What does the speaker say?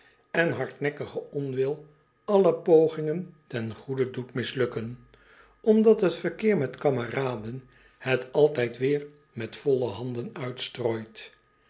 en hardnekkige onwil alle pogingen ten goede doet mislukken omdat het verkeer met kameraden het altijd weêr met volle handen uitstrooit